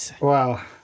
Wow